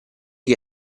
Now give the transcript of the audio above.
che